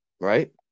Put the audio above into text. right